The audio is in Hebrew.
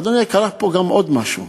אדוני, קרה פה גם עוד משהו.